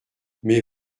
mais